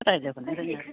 रायलाय हरनो रोङा